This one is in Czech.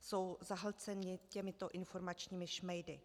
Jsou zahlceni těmito informačními šmejdy.